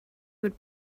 would